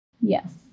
Yes